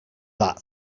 that